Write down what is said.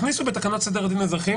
הכניסו בתקנות סדר הדין האזרחי,